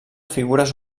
figures